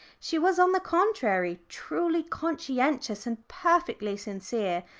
she was, on the contrary, truly conscientious and perfectly sincere.